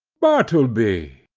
bartleby!